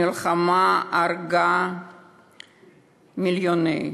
המלחמה הרגה מיליונים.